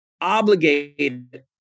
obligated